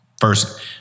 first